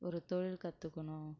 ஒரு தொழில் கத்துக்கணும்